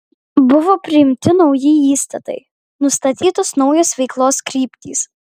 buvo priimti nauji įstatai nustatytos naujos veiklos kryptys